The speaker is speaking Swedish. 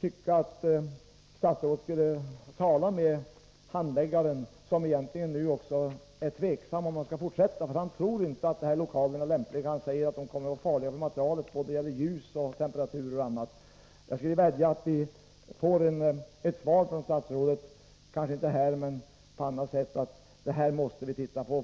tycker därför att statsrådet Göransson skall tala med handläggaren, som själv är tveksam till om han skall fortsätta sitt arbete. Han tror nämligen att lokalerna där materialet förvaras är olämpliga och farliga för materialet. Bl. a. är ljusoch temperaturförhållandena inte bra. Jag vädjar alltså till statsrådet att göra något åt saken.